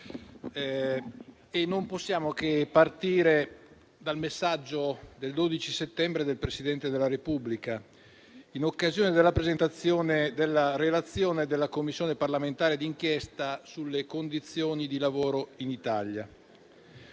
Non possiamo che partire dal messaggio del 12 settembre del Presidente della Repubblica, lanciato in occasione della presentazione della relazione della Commissione parlamentare di inchiesta sulle condizioni di lavoro in Italia: